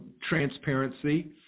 transparency